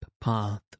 path